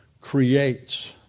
creates